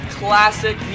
classic